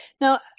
now